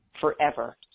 forever